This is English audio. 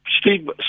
Steve